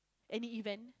any event